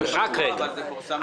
זה פורסם לשימוע